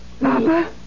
Papa